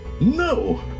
No